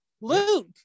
Luke